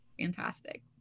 fantastic